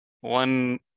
one